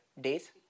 days